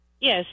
Yes